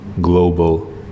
global